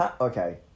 Okay